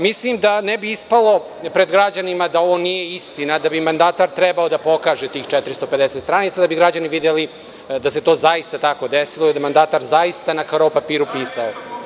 Mislim da ne bi ispalo pred građanima da ovo nije istina, da bi mandatar trebalo da pokaže tih 450 stranica da bi građani videli da se to zaista tako desilo i da je mandatar zaista na karo papiru pisao.